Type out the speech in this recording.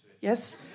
Yes